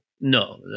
no